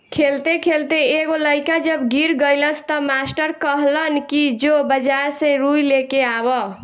खेलते खेलते एगो लइका जब गिर गइलस त मास्टर कहलन कि जो बाजार से रुई लेके आवा